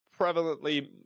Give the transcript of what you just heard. prevalently